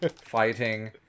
fighting